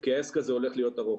כי העסק הזה הולך להיות ארוך.